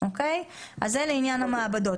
זה לעניין המעבדות.